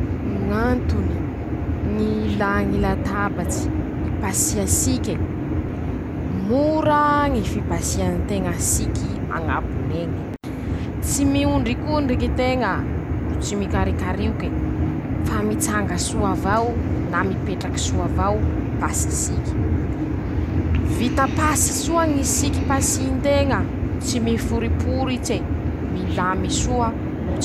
Ñ'antony, ñ'ilà ñy latabatsy, ipasia sike: -Mora ñy fipasia nteña siky añabon'eñy, tsy miondrikondriky teña, ro tsy mikarikarioke, fa mitsanga soa avao na mipetraky soa mipasy siky, vita pasy soa ñy siky pasinteña, tsy miforiporitse, milamy soa.